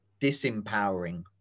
disempowering